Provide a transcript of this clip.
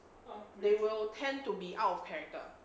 they will tend to be out of character